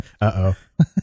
Uh-oh